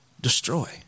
destroy